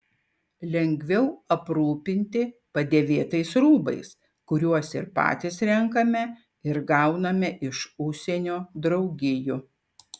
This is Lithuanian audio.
lengviau aprūpinti padėvėtais rūbais kuriuos ir patys renkame ir gauname iš užsienio draugijų